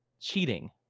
cheating